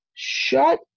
Shut